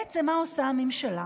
בעצם מה עושה הממשלה?